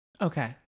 Okay